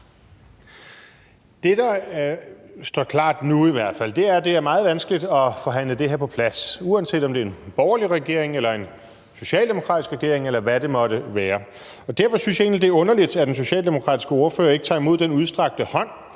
Det, der står klart nu i hvert fald, er, at det er meget vanskeligt at forhandle det her på plads, uanset om det er en borgerlig regering eller en socialdemokratisk regering, eller hvad det måtte være. Derfor synes jeg egentlig, at det er underligt, at den socialdemokratiske ordfører ikke tager imod den udstrakte hånd